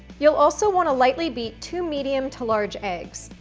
you'll also want to lightly beat to medium to large eggs.